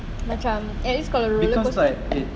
macam at least kalau roller coaster